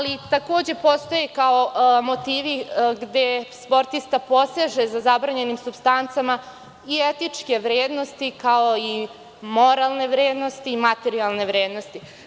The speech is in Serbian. Takođe postoje kao motivi gde sportista poseže za zabranjenim supstancama i vrednosti kao moralne vrednosti, kao i materijalne vrednosti.